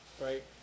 Right